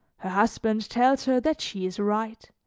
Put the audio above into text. her husband tells her that she is right,